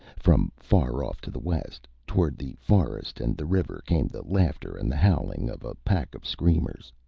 from far off to the west, toward the forest and the river, came the laughter and the howling of a pack of screamers.